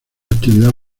actividad